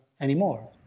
anymore